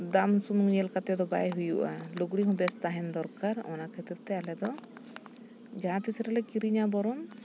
ᱫᱟᱢ ᱥᱩᱢᱩᱝ ᱧᱮᱞ ᱠᱟᱛᱮᱫᱚ ᱵᱟᱭ ᱦᱩᱭᱩᱜᱼᱟ ᱞᱩᱜᱽᱲᱤ ᱦᱚᱸ ᱵᱮᱥ ᱛᱟᱦᱮᱱ ᱫᱚᱨᱠᱟᱨ ᱚᱱᱟ ᱠᱷᱟᱹᱛᱤᱨᱼᱛᱮ ᱟᱞᱮᱫᱚ ᱡᱟᱦᱟᱸᱛᱤᱥ ᱨᱮᱞᱮ ᱠᱤᱨᱤᱧᱟ ᱵᱚᱨᱚᱱ